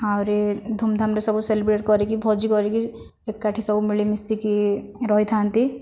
ଆହୁରି ଧୂମ୍ଧାମ୍ରେ ସବୁ ସେଲିବ୍ରେଟ କରିକି ଭୋଜି କରିକି ଏକାଠି ସବୁ ମିଳିମିଶିକି ରହିଥା'ନ୍ତି